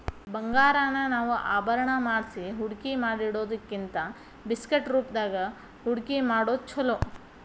ಬಂಗಾರಾನ ನಾವ ಆಭರಣಾ ಮಾಡ್ಸಿ ಹೂಡ್ಕಿಮಾಡಿಡೊದಕ್ಕಿಂತಾ ಬಿಸ್ಕಿಟ್ ರೂಪ್ದಾಗ್ ಹೂಡ್ಕಿಮಾಡೊದ್ ಛೊಲೊ